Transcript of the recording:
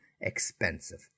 expensive